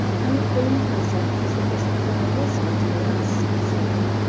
i would believe myself as young as ever i was, my dear lass, said he,